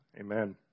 amen